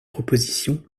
proposition